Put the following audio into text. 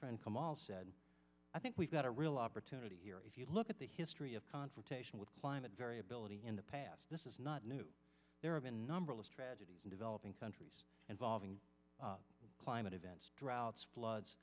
friend come all said i think we've got a real opportunity here if you look at the history of confrontation with climate variability in the past this is not new there have been numberless tragedies in developing countries involving climate events droughts floods